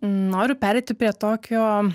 noriu pereiti prie tokio